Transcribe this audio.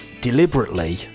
deliberately